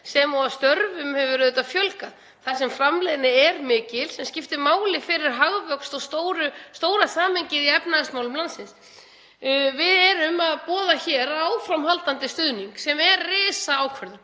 sem störfum hefur fjölgað þar sem framleiðni er mikil sem skiptir máli fyrir hagvöxt og stóra samhengið í efnahagsmálum landsins. Við erum að boða hér áframhaldandi stuðning, sem er risaákvörðun.